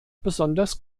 besonders